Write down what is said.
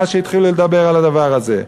מאז שהתחילו לדבר על הדבר הזה.